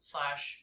Slash